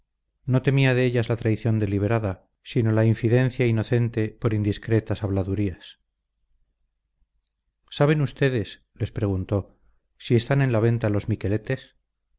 no temía de ellas la traición deliberada sino la infidencia inocente por indiscretas habladurías saben ustedes les preguntó si están en la venta los